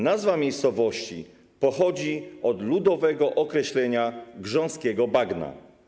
Nazwa miejscowości pochodzi od ludowego określenia grząskiego bagna.